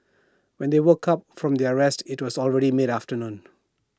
when they woke up from their rest IT was already mid afternoon